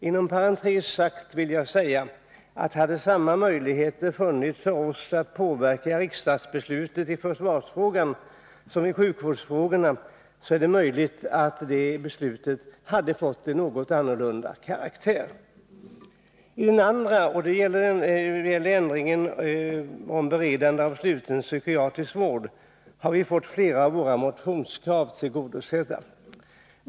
Inom parentes sagt: Hade samma möjlighet funnits för oss att påverka riksdagsbeslutet i försvarsfrågan som i sjukvårdsfrågorna, är det möjligt att försvarsbeslutet hade fått en något annorlunda karaktär. I den andra frågan, som gäller ändringar i lagen om beredande av sluten psykiatrisk vård, har vi fått flera av våra motionskrav tillgodosedda.